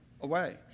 away